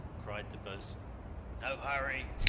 cried the boatswain. no hurry!